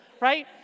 right